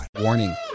warning